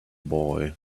boy